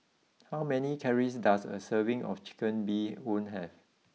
how many calories does a serving of Chicken Bee Hoon have